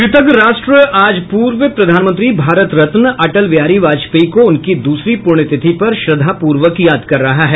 कृतज्ञ राष्ट्र आज पूर्व प्रधानमंत्री भारत रत्न अटल बिहारी वाजपेयी को उनकी द्रसरी पुण्यतिथि पर श्रद्दापूर्वक याद कर रहा है